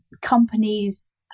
companies